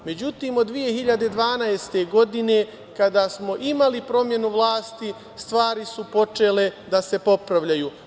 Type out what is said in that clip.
Međutim, od 2012. godine, kada smo imali promenu vlasti, stvari su počele da se popravljaju.